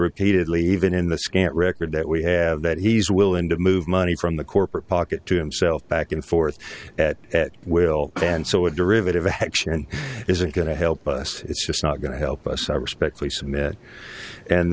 repeatedly even in the scant record that we have that he's willing to move money from the corporate pocket to himself back and forth at at will and so a derivative a hechsher and isn't going to help us it's just not going to help us i respectfully submit and